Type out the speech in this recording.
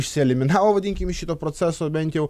išsieliminavo vadinkim iš šito proceso bent jau